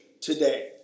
today